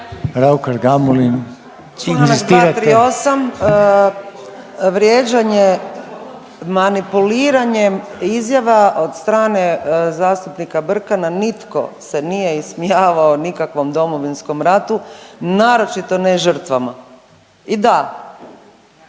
manipuliranjem izjava od strane zastupnika Brkana. Nitko se nije ismijavao nikakvom Domovinskom ratu, naročito ne žrtvama. I da,